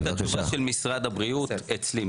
יש את התשובה של משרד הבריאות אצלי,